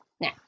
Now